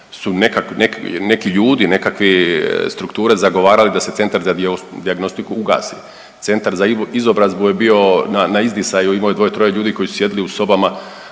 neki ljudi, nekakvi strukture zagovarali da se Centar za dijagnostiku ugasi. Centar za izobrazbu je bio na, na izdisaju, imao je 2-3 ljudi koji su sjedili u sobama